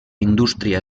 indústria